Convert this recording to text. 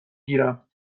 گیرم